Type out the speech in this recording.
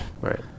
Right